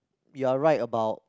you're right about